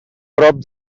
prop